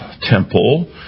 temple